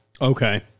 Okay